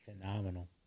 phenomenal